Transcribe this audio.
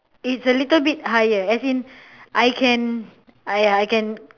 it's a little bit higher as in I can I I can